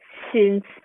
since